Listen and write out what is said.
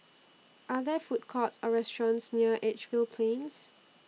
Are There Food Courts Or restaurants near Edgefield Plains